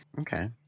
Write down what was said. Okay